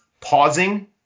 pausing